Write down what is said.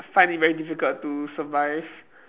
find it very difficult to survive